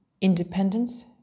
Independence